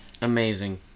Amazing